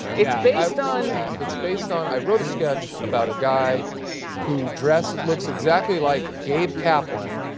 it's based on it's based on i wrote a sketch about a guy who dresses looks exactly like gabe kaplan,